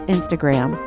Instagram